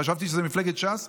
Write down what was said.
חשבתי שזאת מפלגת ש"ס,